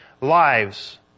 lives